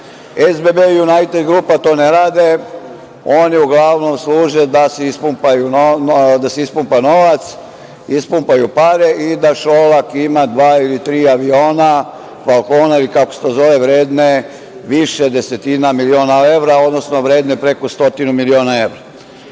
SBB, „Junajted grupa“ i oni uglavnom služe da se ispumpa novac, ispumpaju pare i da Šolak ima dva ili tri aviona, falkona ili kako se to zove, vredne više desetina miliona evra, odnosno vredne preko stotinu miliona